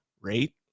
Rate